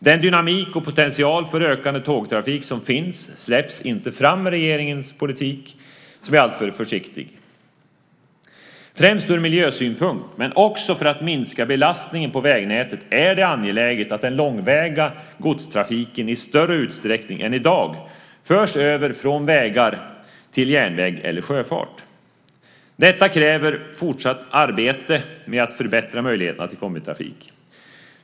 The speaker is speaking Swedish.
Den dynamik och potential för en ökande trafik som finns släpps inte fram med regeringens politik som är alltför försiktig. Främst från miljösynpunkt men också för att minska belastningen på vägnätet är det angeläget att den långväga godstrafiken i större utsträckning än i dag förs över från vägar till järnväg eller sjöfart. Detta kräver ett fortsatt arbete med att förbättra möjligheterna till kombitrafik.